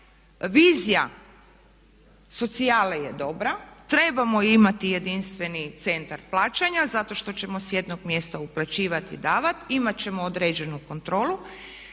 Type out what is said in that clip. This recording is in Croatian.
vizija socijale je dobra, trebamo imati jedinstveni centar plaćanja, zato što ćemo s jednom mjesta uplaćivati i davati, imati ćemo određenu kontrolu.